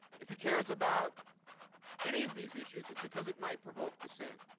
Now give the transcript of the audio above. if he cares about any of these issues, it's because it might provoke dissent.